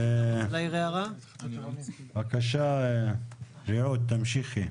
בבקשה רעות, תמשיכי.